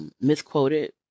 misquoted